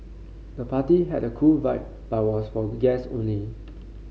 the party had a cool vibe but was for guest only